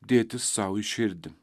dėtis sau į širdį